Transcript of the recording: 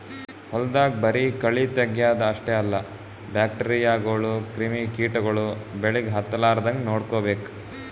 ಹೊಲ್ದಾಗ ಬರಿ ಕಳಿ ತಗ್ಯಾದ್ ಅಷ್ಟೇ ಅಲ್ಲ ಬ್ಯಾಕ್ಟೀರಿಯಾಗೋಳು ಕ್ರಿಮಿ ಕಿಟಗೊಳು ಬೆಳಿಗ್ ಹತ್ತಲಾರದಂಗ್ ನೋಡ್ಕೋಬೇಕ್